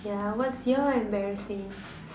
yeah what's your embarrassing